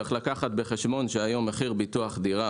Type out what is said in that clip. צריך לקחת בחשבון שהיום מחיר ביטוח דירה